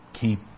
keep